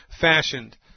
fashioned